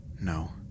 No